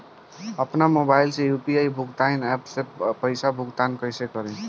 आपन मोबाइल से यू.पी.आई भुगतान ऐपसे पईसा भुगतान कइसे करि?